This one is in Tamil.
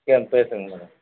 சேர்ந்து பேசுங்கள் மேடம்